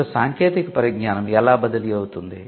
ఇప్పుడు సాంకేతిక పరిజ్ఞానం ఎలా బదిలీ అవుతుంది